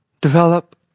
develop